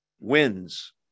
wins